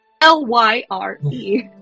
L-Y-R-E